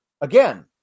again